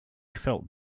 felt